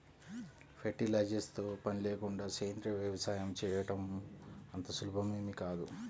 fertilisers తో పని లేకుండా సేంద్రీయ వ్యవసాయం చేయడం అంత సులభమేమీ కాదు